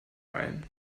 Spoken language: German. ein